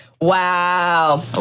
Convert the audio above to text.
Wow